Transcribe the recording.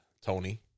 Tony